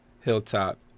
Hilltop